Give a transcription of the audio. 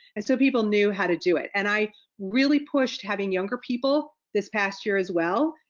and so people knew how to do it. and i really pushed having younger people this past year as well,